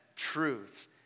Truth